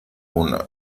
una